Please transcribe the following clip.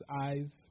eyes